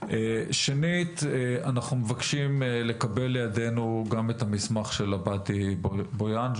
שנית אנחנו מבקשים לקבל לידינו גם את המסמך של עבאדי-בויאנג'ו,